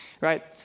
right